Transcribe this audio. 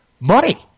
Money